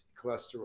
cholesterol